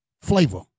Flavor